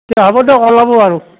হ'ব দিয়ক ওলাব আৰু